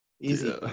easy